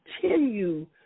continue